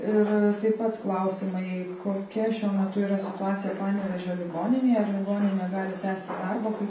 ir taip pat klausimai kokia šiuo metu yra situacija panevėžio ligoninėje ar ligoninė gali tęsti darbo kai